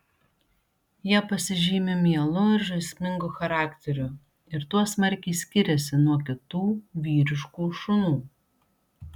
jie pasižymi mielu ir žaismingu charakteriu ir tuo smarkiai skiriasi nuo kitų vyriškų šunų